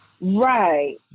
Right